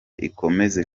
ikomeze